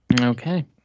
Okay